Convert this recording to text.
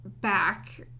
back